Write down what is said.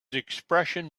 expression